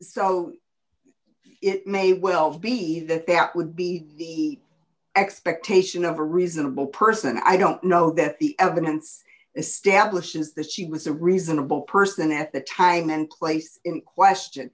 so it may well be that that would be the expectation of a reasonable person i don't know that the evidence establishes that she was a reasonable person at the time and place in question